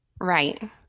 Right